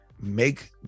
make